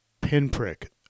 pinprick